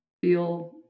feel